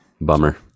Bummer